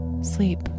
Sleep